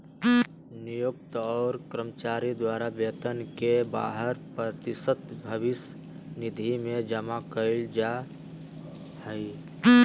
नियोक्त और कर्मचारी द्वारा वेतन के बारह प्रतिशत भविष्य निधि में जमा कइल जा हइ